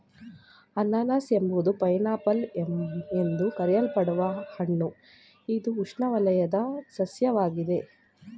ಅನನಾಸು ಎಂಬುದು pineapple ಎಂದು ಕರೆಯಲ್ಪಡುವ ಹಣ್ಣು ಇದು ಉಷ್ಣವಲಯದ ಸಸ್ಯವಾಗಿದೆ